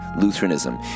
Lutheranism